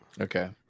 Okay